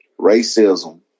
racism